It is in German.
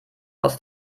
aus